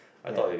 ya